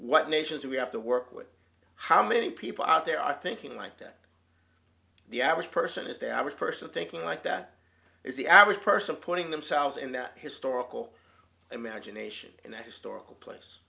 what nations we have to work with how many people out there are thinking like that the average person is the average person thinking like that is the average person putting themselves in that historical imagination and that historical place